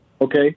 okay